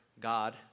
God